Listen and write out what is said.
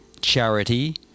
charity